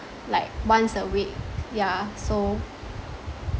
like once a week yeah so